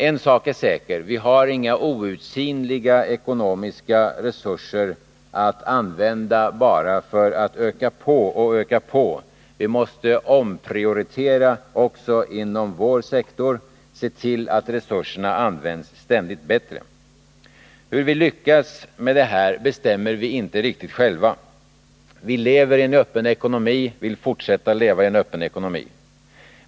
En sak är säker: Vi har inga outsinliga ekonomiska resurser att använda för att bara öka på och öka på, utan vi måste omprioritera också inom vår sektor och se till att resurserna används ständigt bättre. Hur vi lyckas med detta bestämmer vi inte riktigt själva. Vi lever i en öppen ekonomi, och vi vill fortsätta att göra det.